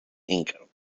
inc